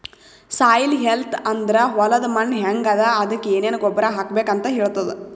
soil health ಅಂದ್ರ ಹೊಲದ್ ಮಣ್ಣ್ ಹೆಂಗ್ ಅದಾ ಅದಕ್ಕ್ ಏನೆನ್ ಗೊಬ್ಬರ್ ಹಾಕ್ಬೇಕ್ ಅಂತ್ ಹೇಳ್ತದ್